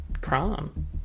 prom